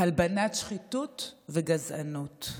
הלבנת שחיתות וגזענות.